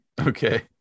Okay